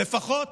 לפחות